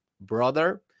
brother